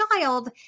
child